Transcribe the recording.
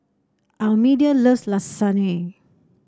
Almedia loves Lasagne